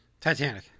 Titanic